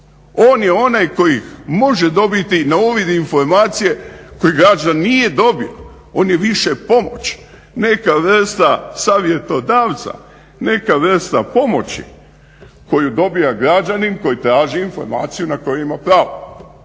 On je onaj koji može dobiti na uvid informacije koje građanin nije dobio, on je više pomoć, neka vrsta savjetodavca, neka vrsta pomoći koju dobiva građanin koji traži informaciju na koju ima pravo.